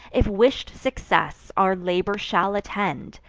if wish'd success our labor shall attend,